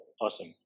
awesome